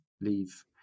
leave